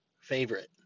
favorite